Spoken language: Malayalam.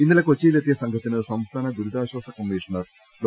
ഇന്നലെ കൊച്ചിയിലെത്തിയ സംഘത്തിന് സംസ്ഥാന ദുരിതാ ശ്വാസ കമ്മീഷണർ ഡോ